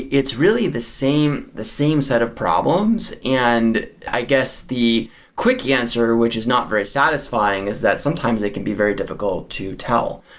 it's really the same the same set of problems, and i guess the quick yeah answer, which is not very satisfying is that sometimes it can very difficult to tell.